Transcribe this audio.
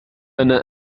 أنا